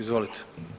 Izvolite.